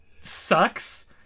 sucks